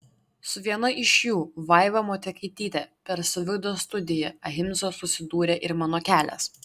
su viena iš jų vaiva motiekaityte per saviugdos studiją ahimsa susidūrė ir mano kelias